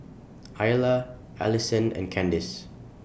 Ayla Allisson and Candice